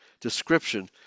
description